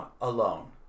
alone